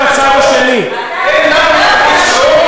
אין לנו תרבות שלום?